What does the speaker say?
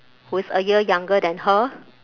who is a year younger than her